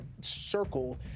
circle